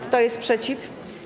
Kto jest przeciw?